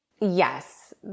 Yes